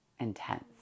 intense